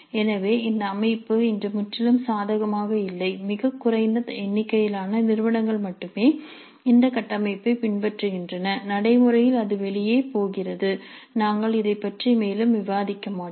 எனவே இந்த அமைப்பு இன்று முற்றிலும் சாதகமாக இல்லை மிகக் குறைந்த எண்ணிக்கையிலான நிறுவனங்கள் மட்டுமே இந்த கட்டமைப்பைப் பின்பற்றுகின்றன நடைமுறையில் அது வெளியே போகிறது நாங்கள் இதைப் பற்றி மேலும் விவாதிக்க மாட்டோம்